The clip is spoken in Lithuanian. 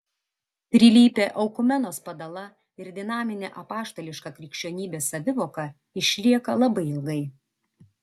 trilypė oikumenos padala ir dinaminė apaštališka krikščionybės savivoka išlieka labai ilgai